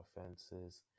offenses